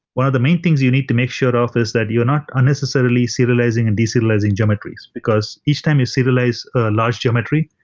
one of the main things you need to make sure of this that you are not unnecessarily serializing and deserializing geometries, because each time you serialize a large geometry,